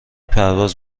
پرواز